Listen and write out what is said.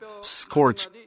scorch